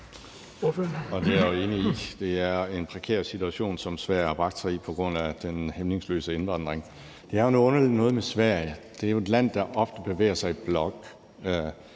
jeg jo enig i. Det er en prekær situation, som Sverige har bragt sig i på grund af den hæmningsløse indvandring. Det er jo noget underligt noget med Sverige. Det er et land, der ofte bevæger sig i blokke.